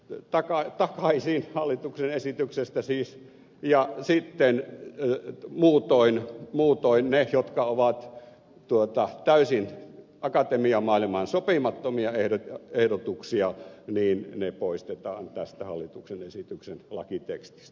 muutettakoot ne takaisin hallituksen esityksestä siis ja sitten muutoin ne jotka ovat täysin akatemia maailmaan sopimattomia ehdotuksia poistetaan tästä hallituksen esityksen lakitekstistä